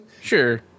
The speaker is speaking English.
Sure